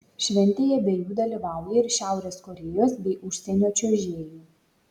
šventėje be jų dalyvauja ir šiaurės korėjos bei užsienio čiuožėjų